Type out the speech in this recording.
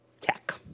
Tech